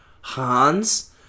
Hans